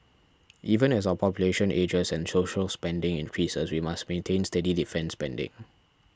even as our population ages and social spending increases we must maintain steady defence spending